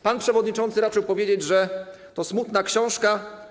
Pan przewodniczący raczył powiedzieć, że to smutna książka.